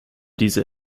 diese